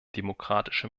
demokratische